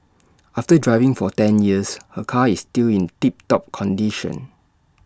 after driving for ten years her car is still in tip top condition